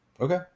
Okay